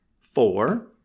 Four